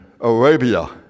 Arabia